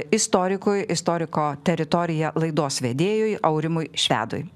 istorikui istoriko teritorija laidos vedėjui aurimui švedui